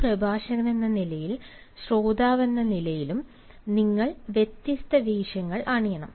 ഒരു പ്രഭാഷകനെന്ന നിലയിലും ശ്രോതാവെന്ന നിലയിലും നിങ്ങൾ വ്യത്യസ്ത വേഷങ്ങൾ അണിയണം